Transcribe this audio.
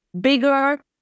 bigger